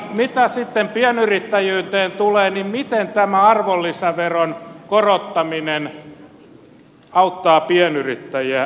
mitä sitten pienyrittäjyyteen tulee niin miten tämä arvonlisäveron korottaminen auttaa pienyrittäjiä